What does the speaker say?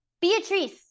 Beatrice